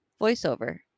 voiceover